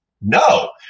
No